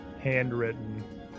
handwritten